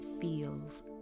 feels